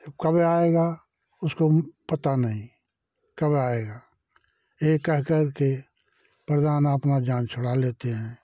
ये कब आएगा उसको कुछ पता नहीं कब आएगा ये कह कह के प्रधान अपना जान छुड़ा लेते हैं